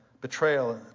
betrayal